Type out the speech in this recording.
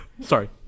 Sorry